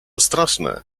straszne